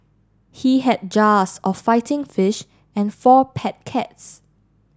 he had jars of fighting fish and four pet cats